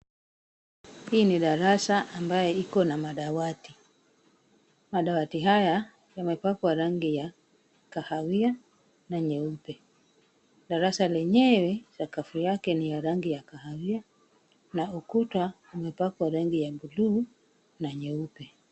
Hii ni darasa ambayo iko na madawati, madawati haya yamepakwa rangi ya kahawia na nyeupe. Darasa lenyewe sakafu yake ni ya rangi ya kahawia na ukuta imepakwa rangi ya buluu na nyeupe.